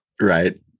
Right